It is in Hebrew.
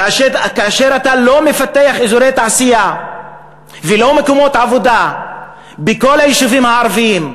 כאשר אתה לא מפתח אזורי תעשייה ולא מקומות עבודה בכל היישובים הערביים,